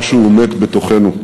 משהו מת בתוכנו.